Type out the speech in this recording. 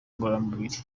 ngororamubiri